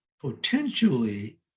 potentially